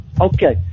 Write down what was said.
Okay